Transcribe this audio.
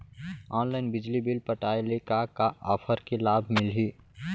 Online बिजली bill पटाय ले का का ऑफ़र के लाभ मिलही?